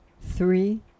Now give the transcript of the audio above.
three